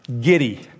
giddy